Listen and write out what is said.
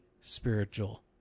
spiritual